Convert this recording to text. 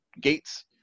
gates